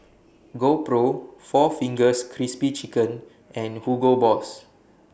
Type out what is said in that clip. GoPro four Fingers Crispy Chicken and Hugo Boss